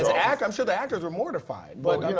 yeah like i'm sure the actors are mortified. but